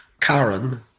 Karen